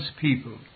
people